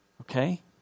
okay